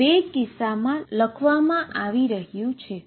અને તેને બે કિસ્સાઓમાં લખવામાં આવી રહ્યું છે